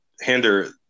hinder